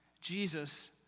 Jesus